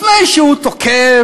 לפני שהוא תוקף,